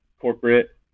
corporate